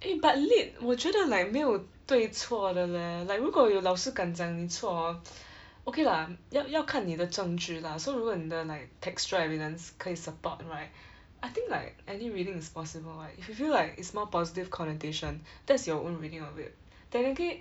eh but lit 我觉得 like 没有对错的 leh like 如果有老师敢讲你错 hor okay lah 要要看你的证据啦 so 如果你的 like textual evidence 可以 support right I think like any reading is possible right if you feel like it's more positive connotation that's your own reading of it technically